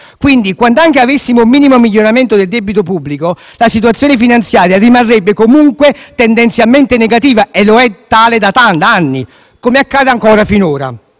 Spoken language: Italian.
Quindi, quandanche avessimo un minimo miglioramento del debito pubblico, la situazione finanziaria rimarrebbe comunque tendenzialmente negativa ed è tale da anni, come accade ancora e non